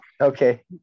okay